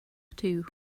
too